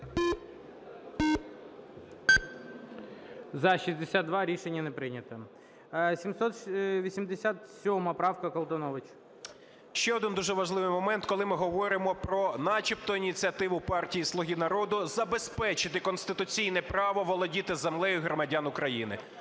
За-62 Рішення не прийнято. 787 правка. Колтунович. 13:05:21 КОЛТУНОВИЧ О.С. Ще один дуже важливий момент, коли ми говоримо про начебто ініціативу партії "Слуги народу" забезпечити конституційне право володіти землею громадян України.